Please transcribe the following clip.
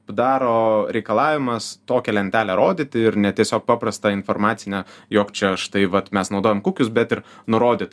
bdaro reikalavimas tokią lentelę rodyti ir ne tiesiog paprastą informacinę jog čia štai vat mes naudojam kukius bet ir nurodyt